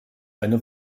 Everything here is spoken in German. eine